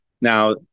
Now